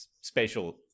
spatial